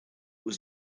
was